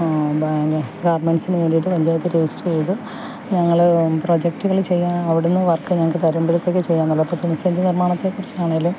bag ഗാർമെൻസിന് വേണ്ടിയിട്ട് panchayat register ചെയ്ത് ഞങ്ങൾ പ്രോജെക്ടുകൾ ചെയ്യാക അവിടെനിന്ന് വർക്ക് ഞങ്ങൾക്ക് തരുമ്പോഴത്തേക്ക് ചെയ്യാനുള്ള ഇപ്പം തുണി സഞ്ചി നിർമ്മാണത്തേക്കുറിച്ചാണെങ്കിലും